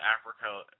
Africa